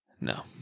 no